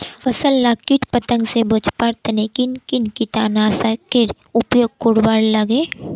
फसल लाक किट पतंग से बचवार तने किन किन कीटनाशकेर उपयोग करवार लगे?